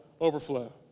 overflow